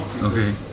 Okay